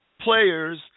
players